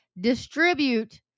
distribute